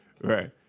Right